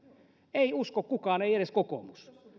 ei usko kukaan ei edes kokoomus